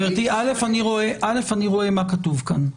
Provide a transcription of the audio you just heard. גברתי, אני רואה מה כתוב כאן.